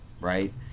right